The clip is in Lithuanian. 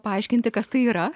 paaiškinti kas tai yra